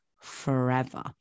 forever